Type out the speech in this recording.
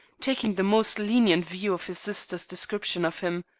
taking the most lenient view of his sister's description of him.